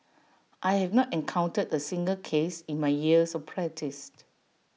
I have not encountered A single case in my years of practised